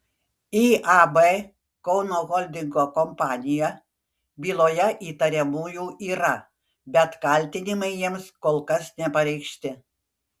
iab kauno holdingo kompanija byloje įtariamųjų yra bet kaltinimai jiems kol kas nepareikšti